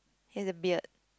he has a beard